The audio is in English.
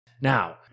Now